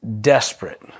desperate